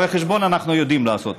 הרי חשבון אנחנו יודעים לעשות,